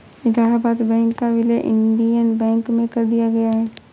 Allahabad bank का विलय Indian bank में कर दिया गया है